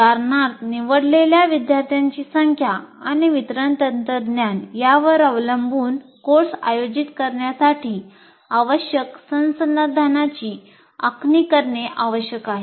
उदाहरणार्थ निवडलेल्या विद्यार्थ्यांची संख्या आणि वितरण तंत्रज्ञान यावर अवलंबून कोर्स आयोजित करण्यासाठी आवश्यक संसाधनांची आखणी करणे आवश्यक आहे